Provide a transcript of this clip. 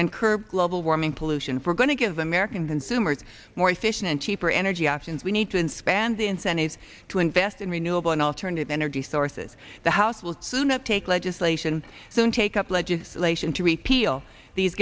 and curb global warming pollution for going to give the american consumers more efficient and cheaper energy options we need to inspan the incentive to invest in renewable and alternative energy sources the house will soon take legislation soon take up legislation to repeal these